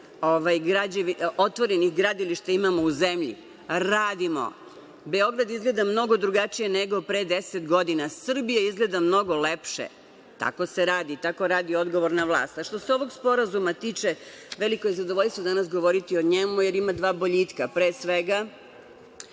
otvorenih gradilišta u zemlji. Radimo, Beograd izgleda mnogo drugačije nego pre 10 godina. Srbija izgleda mnogo lepše. Tako se radi, tako radi odgovorna vlast. Što se tiče sporazuma, veliko je zadovoljstvo danas govoriti o njemu, jer ima dva boljitka. Pre svega,